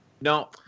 no